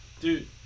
Dude